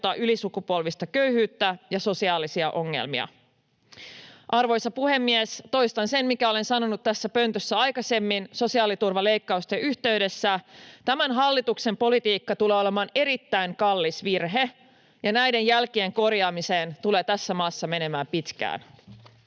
ylisukupolvista köyhyyttä ja sosiaalisia ongelmia. Arvoisa puhemies! Toistan sen, minkä olen sanonut tässä pöntössä aikaisemmin sosiaaliturvaleikkausten yhteydessä: tämän hallituksen politiikka tulee olemaan erittäin kallis virhe, ja näiden jälkien korjaamiseen tulee tässä maassa menemään pitkään.